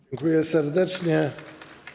Dziękuję serdecznie.